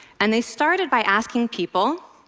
and they started by asking people,